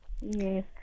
Yes